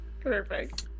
Perfect